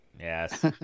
Yes